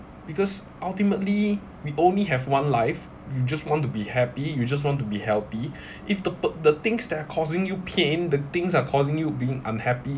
because ultimately we only have one life you just want to be happy you just want to be healthy if the the the things that are causing you pain the things are causing you being unhappy